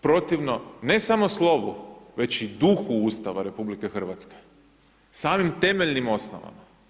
protivno, ne samo slovu, već i duhu Ustava RH, samim temeljnim osnovama.